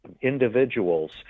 individuals